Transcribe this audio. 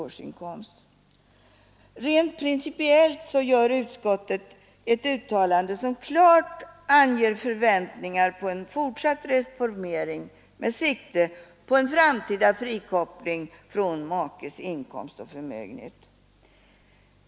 Rent principiellt gör utskottet ett uttalande som klart anger förväntningar om en fortsatt reformering med sikte på en framtida frikoppling från makes inkomst och förmögenhet.